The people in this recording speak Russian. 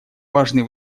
важные